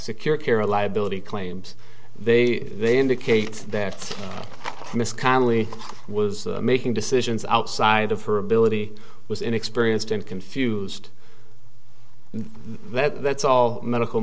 secure cara liability claims they they indicate that this kindly was making decisions outside of her ability was inexperienced and confused that's all medical